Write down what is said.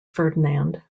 ferdinand